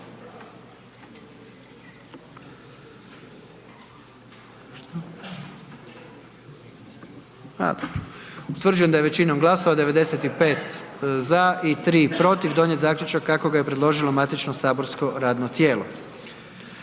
Utvrđujem da je većinom glasova, 95 za i 3 protiv donijet zaključak kako ga je preložilo matično saborsko radno tijelo.